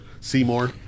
Seymour